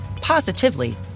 positively